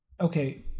okay